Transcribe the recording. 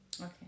Okay